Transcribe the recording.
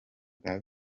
bwa